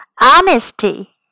honesty